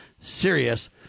serious